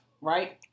right